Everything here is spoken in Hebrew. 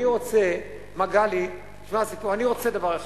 אני רוצה, מגלי, תשמע סיפור, אני רוצה דבר אחד: